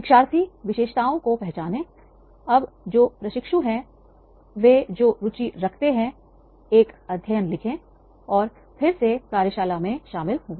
शिक्षार्थी विशेषताओं को पहचानें अब जो प्रशिक्षु हैं वे जो रुचि रखते हैं एक अध्ययन लिखें और फिर से कार्यशाला में शामिल हों